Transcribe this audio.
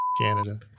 Canada